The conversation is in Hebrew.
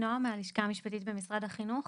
עדי נועם, הלשכה המשפטית במשרד החינוך.